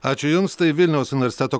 ačiū jums tai vilniaus universiteto